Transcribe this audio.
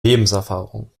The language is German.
lebenserfahrung